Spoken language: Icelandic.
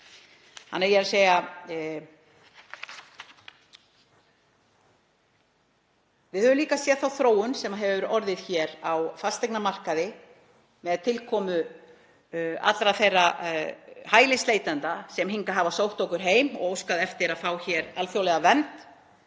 lítill sem enginn. Við höfum líka séð þá þróun sem hefur orðið hér á fasteignamarkaði með tilkomu allra þeirra hælisleitenda sem hafa sótt okkur heim og óskað eftir að fá alþjóðlega vernd.